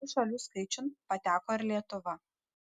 tų šalių skaičiun pateko ir lietuva